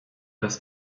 raz